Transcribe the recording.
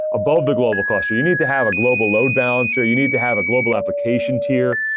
above the global cluster. you need to have a global load balancer. you need to have a global application tier.